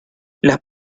las